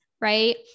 Right